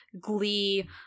Glee